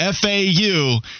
FAU